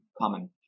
common